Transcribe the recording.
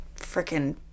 freaking